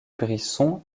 brisson